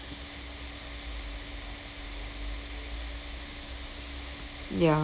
ya